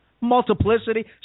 Multiplicity